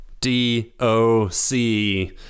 D-O-C